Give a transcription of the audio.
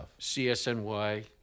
CSNY